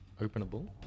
openable